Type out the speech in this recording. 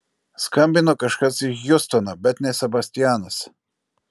skambino kažkas iš hjustono bet ne sebastianas